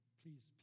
please